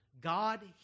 God